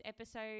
episode